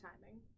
timing